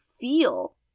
feel